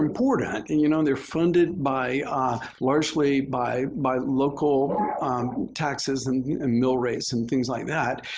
important. and, you know, they're funded by ah largely by by local taxes and and mill rates and things like that.